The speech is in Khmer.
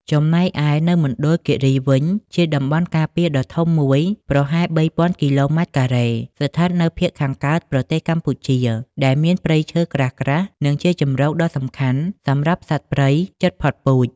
ចំណែកឯនៅមណ្ឌលគិរីវិញ ជាតំបន់ការពារដ៏ធំមួយ ប្រហែល ៣,០០០ គីឡូម៉ែត្រការ៉េ ស្ថិតនៅភាគខាងកើតប្រទេសកម្ពុជា ដែលមានព្រៃឈើក្រាស់ៗ និងជាជម្រកដ៏សំខាន់សម្រាប់សត្វព្រៃជិតផុតពូជ។